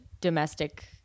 domestic